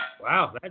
Wow